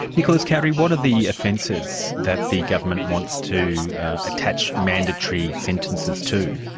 nicholas cowdery, what are the offences that the government wants to attach mandatory sentences to?